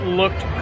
looked